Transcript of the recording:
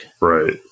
Right